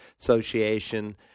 Association